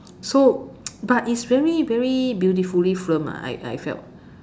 so but is very very beautifully filmed ah I I felt